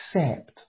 accept